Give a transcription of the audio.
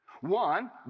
One